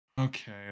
okay